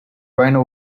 rhino